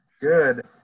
Good